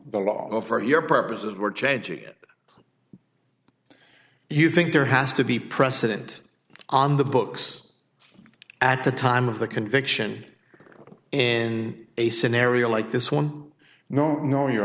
the law for your purposes or change it you think there has to be precedent on the books at the time of the conviction in a scenario like this one no no your